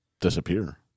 disappear